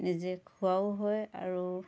নিজে খুৱাও হয় আৰু